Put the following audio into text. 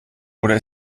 oder